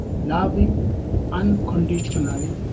loving unconditionally,